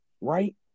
right